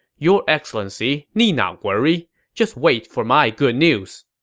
your excellency need not worry just wait for my good news.